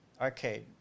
arcade